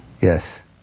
Yes